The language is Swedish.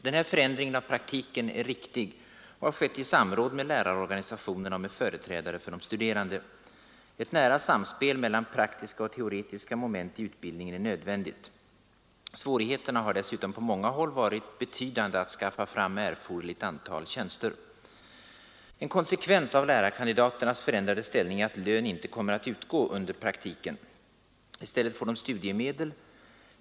Denna förändring av praktiken är riktig och har skett i samråd med lärarorganisationerna och med företrädare för de studerande. Ett nära samspel mellan praktiska och teoretiska moment i utbildningen är nödvändigt. Svårigheterna har dessutom på många håll varit betydande att skaffa fram erforderligt antal tjänster. En konsekvens av lärarkandidaternas förändrade ställning är att lön inte kommer att utgå under praktiken. I stället får de studiemedel.